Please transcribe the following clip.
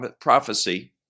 prophecy